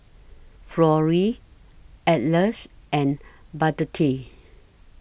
Florrie Atlas and Burdette